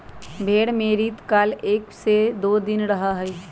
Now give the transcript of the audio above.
भेंड़ में रतिकाल एक से दो दिन रहा हई